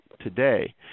today